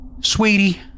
Sweetie